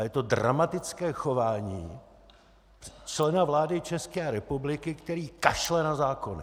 Ale je to dramatické chování člena vlády České republiky, který kašle na zákony!